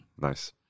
nice